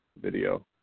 video